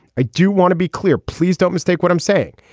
i do want to be clear please don't mistake what i'm saying.